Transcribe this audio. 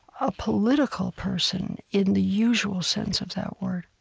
a political person in the usual sense of that word.